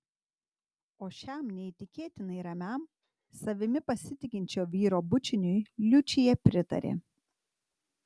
o šiam neįtikėtinai ramiam savimi pasitikinčio vyro bučiniui liučija pritarė